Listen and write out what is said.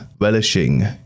relishing